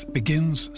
begins